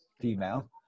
female